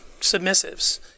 submissives